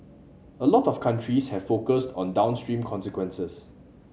a lot of countries have focused on downstream consequences